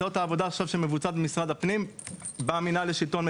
זו העבודה שמבוצעת עכשיו במשרד הפנים במינהל לשלטון המקומי.